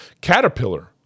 Caterpillar